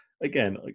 Again